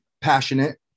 passionate